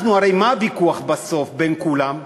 אנחנו, הרי מה הוויכוח בסוף בין כולם?